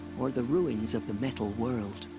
or the ruins of the metal world.